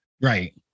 Right